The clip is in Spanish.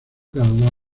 cada